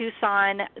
Tucson